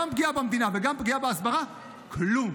גם פגיעה במדינה וגם פגיעה בהסברה, כלום,